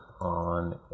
on